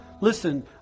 Listen